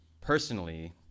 personally